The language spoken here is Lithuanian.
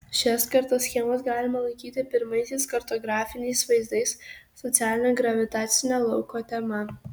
šias kartoschemas galima laikyti pirmaisiais kartografiniais vaizdais socialinio gravitacinio lauko tema